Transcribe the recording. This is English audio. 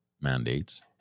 mandates